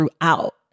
throughout